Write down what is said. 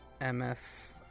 MF